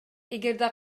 эгерде